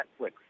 Netflix